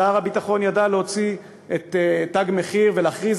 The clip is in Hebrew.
שר הביטחון ידע להוציא את "תג מחיר" ולהכריז